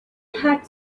had